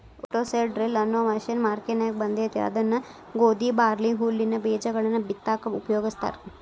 roto seed drill ಅನ್ನೋ machine ಮಾರ್ಕೆನ್ಯಾಗ ಬಂದೇತಿ ಇದನ್ನ ಗೋಧಿ, ಬಾರ್ಲಿ, ಹುಲ್ಲಿನ ಬೇಜಗಳನ್ನ ಬಿತ್ತಾಕ ಉಪಯೋಗಸ್ತಾರ